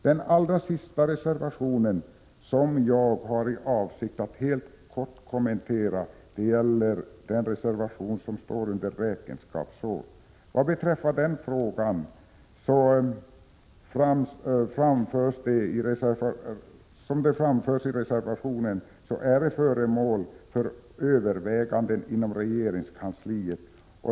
Den allra sista reservation som jag har för avsikt att helt kort kommentera är den som återfinns under rubriken Räkenskapsår. Som framförs i reservationen är den frågan redan föremål för överväganden inom regeringskansliet.